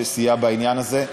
שסייע בעניין הזה.